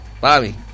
Bobby